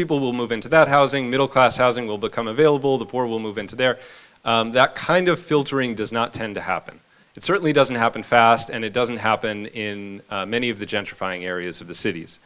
people will move into that housing middle class housing will become available the poor will move into there that kind of filtering does not tend to happen it certainly doesn't happen fast and it doesn't happen in many of the gentrifying areas of the cities